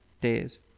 days